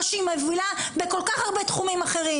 כפי שהיא מובילה בכל כך הרבה תחומים אחרים.